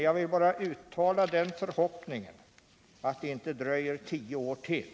Jag vill bara uttala förhoppningen att det inte skall dröja tio år till.